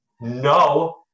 No